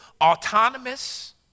autonomous